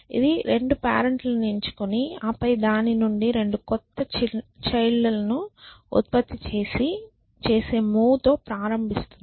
ఇది 2 పేరెంట్లని ఎంచుకుని ఆపై దాని నుండి 2 కొత్త చైల్డ్ లను ఉత్పత్తి చేసే మూవ్ తో ప్రారంభింబిస్తుంది